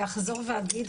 אני אחזור ואגיד,